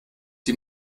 die